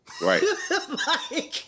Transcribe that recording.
Right